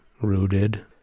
rooted